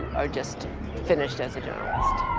are just finished as a journalist.